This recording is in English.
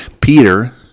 Peter